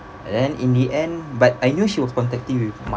and then in the end but I knew she was contacting with